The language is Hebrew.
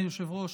אדוני היושב-ראש,